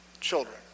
children